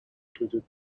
included